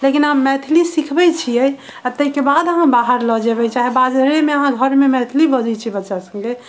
लेकिन आब मैथिली सिखबै छियै आ ताहि के बाद अहाँ बाहर लऽ जेबै चाहे बाजहेमे अहाँ घर मे मैथिली बजै छियै बच्चा सङ्गे